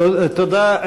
תודה.